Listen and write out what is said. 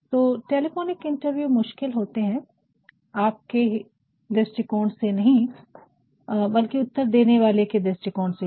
तो telephonic interview मुश्किल होते हैं आपके ही दृष्टिकोण से नहीं बल्कि उत्तर देने वाले के दृष्टिकोण से भी